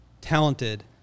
talented